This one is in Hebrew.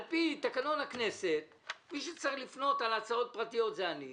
על פי תקנון הכנסת מי שצריך לפנות על הצעות פרטיות זה אני,